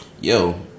Yo